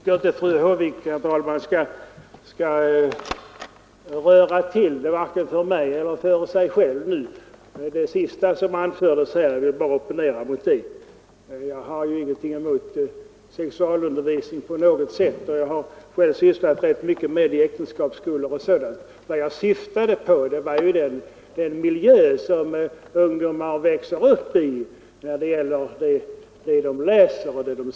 Herr talman! Jag tycker att fru Håvik inte skall röra till det vare sig för mig eller för sig själv. Jag vill bara opponera mot det sista som hon sade. Jag har inte alls något emot sexualundervisning, och jag har själv sysslat rätt mycket med sådan i äktenskapsskolor och liknande sam manhang. Vad jag syftade på var vad ungdomarna får läsa och se i den miljö där de växer upp.